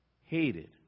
hated